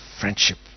friendship